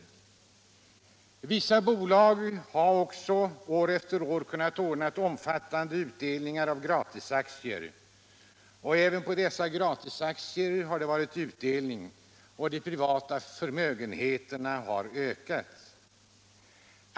Somliga bolag har också år efter år kunnat ordna omfattande utdelning av gratisaktier. Även på dessa gratisaktier har det varit utdelning, och de privata förmögenheterna har ökat.